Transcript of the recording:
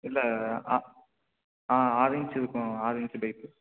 இல்லை ஆ ஆ ஆறு இன்ச் இருக்கும் ஆறு இன்ச் பைப்பு